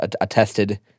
attested